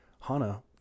HANA